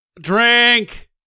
Drink